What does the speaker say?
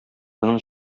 моның